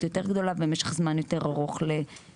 יותר גדולה ומשך זמן יותר ארוך להתארגנות.